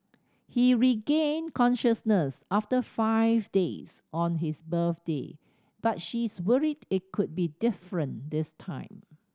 he regained consciousness after five days on his birthday but she is worried it could be different this time